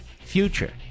future